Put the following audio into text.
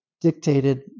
dictated